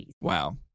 Wow